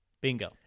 bingo